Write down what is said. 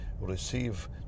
receive